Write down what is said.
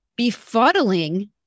befuddling